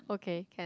okay can